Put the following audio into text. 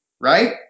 right